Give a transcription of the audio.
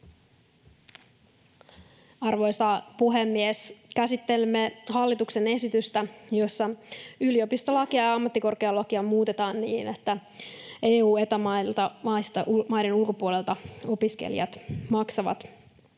Arvoisa puhemies! Käsittelemme hallituksen esitystä, jossa yliopistolakia ja ammattikorkeakoululakia muutetaan niin, että EU‑ ja Eta-maiden ulkopuoliset opiskelijat maksavat